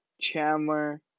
Chandler